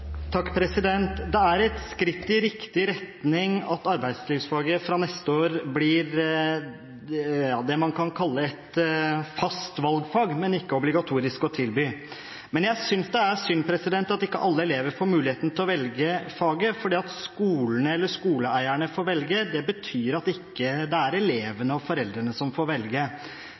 fast valgfag, men ikke obligatorisk, å tilby. Men jeg synes det er synd at ikke alle elever får muligheten til å velge faget. At skolene eller skoleeierne får velge, betyr at det ikke er